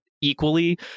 equally